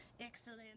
Excellent